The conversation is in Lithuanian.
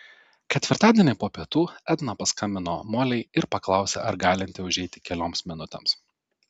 ketvirtadienį po pietų edna paskambino molei ir paklausė ar galinti užeiti kelioms minutėms